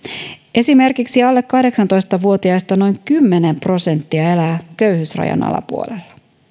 esimerkiksi alle kahdeksantoista vuotiaista noin kymmenen prosenttia elää köyhyysrajan alapuolella